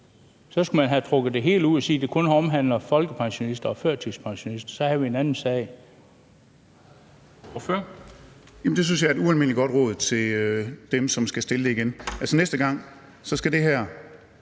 Så skulle man have trukket det hele ud og sagt, at det kun omhandler folkepensionister og førtidspensionister; så havde vi en anden sag.